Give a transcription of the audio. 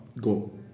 go